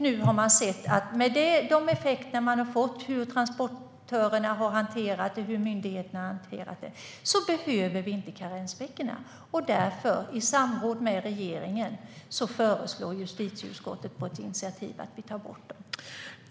Nu har man sett att med de effekter man har fått - hur transportörerna och myndigheterna har hanterat det hela - behöver vi inte karensveckorna. Därför föreslår justitieutskottet i ett initiativ i samråd med regeringen att vi tar bort dem.